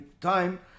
time